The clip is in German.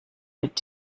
mit